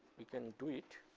we can do it